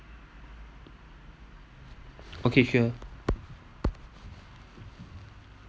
okay sure